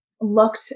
looked